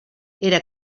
era